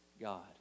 God